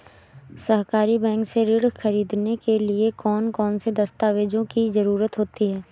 सहकारी बैंक से ऋण ख़रीदने के लिए कौन कौन से दस्तावेजों की ज़रुरत होती है?